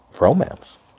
romance